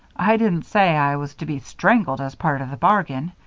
i didn't say i was to be strangled as part of the bargain.